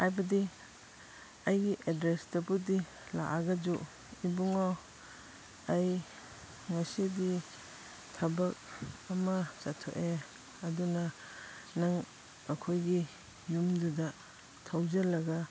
ꯍꯥꯏꯕꯗꯤ ꯑꯩꯒꯤ ꯑꯦꯗ꯭ꯔꯦꯁꯇꯕꯨꯗꯤ ꯂꯥꯛꯑꯒꯁꯨ ꯏꯕꯨꯡꯉꯣ ꯑꯩ ꯉꯁꯤꯗꯤ ꯊꯕꯛ ꯑꯃ ꯆꯠꯊꯣꯛꯑꯦ ꯑꯗꯨꯅ ꯅꯪ ꯑꯩꯈꯣꯏꯒꯤ ꯌꯨꯝꯗꯨꯗ ꯊꯧꯖꯤꯜꯂꯒ